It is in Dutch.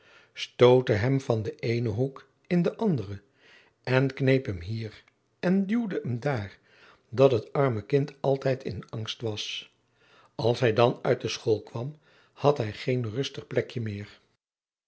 stootte hem van den eenen hoek in den anderen en kneep hem hier en duwde hem daar dat het arme kind altijd in angst was als hij dan uit de school kwam had hij geen rustig plekje meer